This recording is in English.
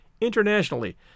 internationally